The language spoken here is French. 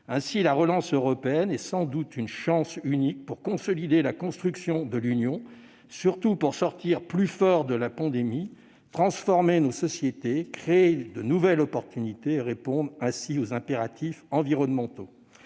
Ainsi, la relance européenne est sans doute une chance unique pour consolider la construction de l'Union, surtout pour sortir plus forts de la pandémie, transformer nos sociétés, créer de nouvelles opportunités et répondre ainsi aux impératifs environnementaux.